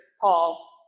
Paul